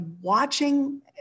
watching